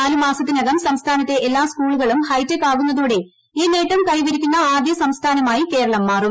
നാല് മാസത്തിനകം സംസ്ഥാനത്തെ എല്ലാ സ്കൂളുകളും ഹൈടെക്ക് ആകുന്നതോടെ ഈനേട്ടം കൈവരിക്കുന്ന ആദ്യ സംസ്ഥാനമായി കേരളം മാറും